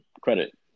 credit